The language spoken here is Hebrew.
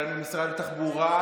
משרד התחבורה,